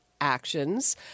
actions